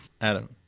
Adam